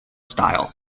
style